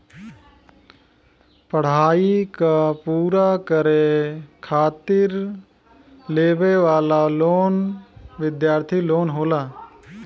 पढ़ाई क पूरा करे खातिर लेवे वाला लोन विद्यार्थी लोन होला